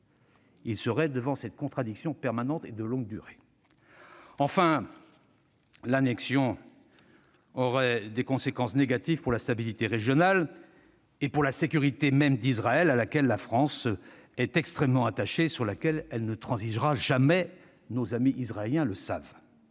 Ils seraient face à cette contradiction permanente et de longue durée. C'est vrai ! Enfin, l'annexion aurait des conséquences négatives pour la stabilité régionale et pour la sécurité même d'Israël, à laquelle la France est extrêmement attachée et sur laquelle elle ne transigera jamais. Nos amis Israéliens le savent.